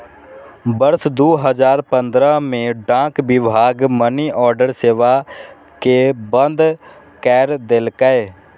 वर्ष दू हजार पंद्रह मे डाक विभाग मनीऑर्डर सेवा कें बंद कैर देलकै